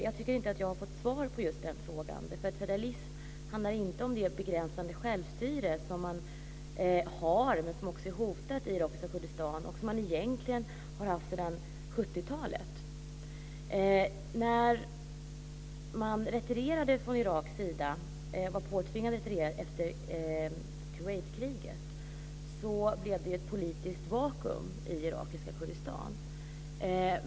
Jag tycker inte att jag har fått svar på just den frågan därför att federalism handlar inte om det begränsade självstyre som man har men som också är hotat i irakiska Kurdistan och som man egentligen har haft sedan 70 När man retirerade från Iraks sida efter Kuwaitkriget - man var påtvingad att göra det - blev det ju ett politiskt vakuum i irakiska Kurdistan.